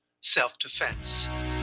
self-defense